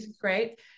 Great